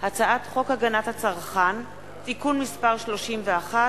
הצעת חוק הגנת הצרכן (תיקון מס' 31),